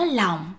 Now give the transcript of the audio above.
lòng